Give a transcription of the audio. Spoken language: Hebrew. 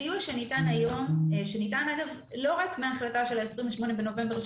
הסיוע שניתן היום והוא ניתן אגב לא רק מההחלטה מתאריך 28 בנובמבר,